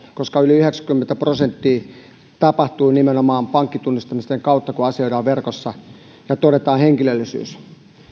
koska yli yhdeksänkymmentä prosenttia tapahtuu nimenomaan pankkitunnistautumisten kautta kun asioidaan verkossa ja todennetaan henkilöllisyys